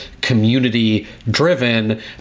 community-driven